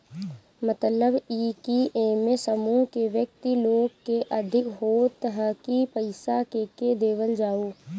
मतलब इ की एमे समूह के व्यक्ति लोग के अधिकार होत ह की पईसा केके देवल जाओ